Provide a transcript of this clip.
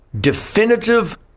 definitive